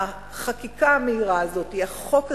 החקיקה המהירה הזאת, החוק הזה,